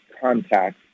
contact